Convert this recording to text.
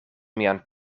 mian